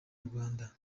rwanda